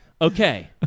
Okay